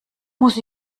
muss